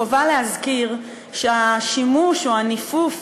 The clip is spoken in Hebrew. חובה להזכיר שהשימוש או הנפנוף,